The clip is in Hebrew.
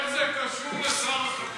היום בשעות הבוקר המוקדמות חרשו